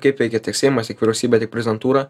kaip veikia tiek seimas tiek vyriausybė tiek prezidentūra